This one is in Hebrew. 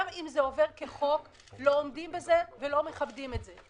גם אם זה עובר כחוק לא עומדים בזה ולא מכבדים את זה.